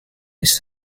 ist